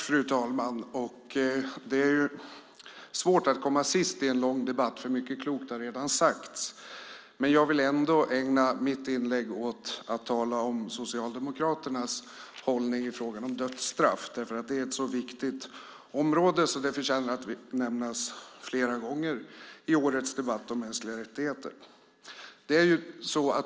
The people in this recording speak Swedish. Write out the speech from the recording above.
Fru talman! Det är svårt att komma sist i en lång debatt, för mycket klokt har redan sagts. Jag vill ändå ägna mitt inlägg åt att tala om Socialdemokraternas hållning i fråga om dödsstraff. Det är ett så viktigt område att det förtjänar att nämnas flera gånger i årets debatt om mänskliga rättigheter.